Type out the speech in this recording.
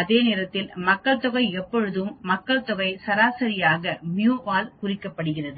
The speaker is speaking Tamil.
அதே நேரத்தில் மக்கள் தொகை எப்போதும் மக்கள்தொகை சராசரியால் குறிக்கப்படுவது μ ஆல் குறிக்கப்படுகிறது